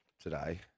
today